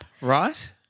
Right